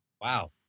Wow